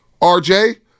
RJ